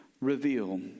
reveal